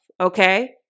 okay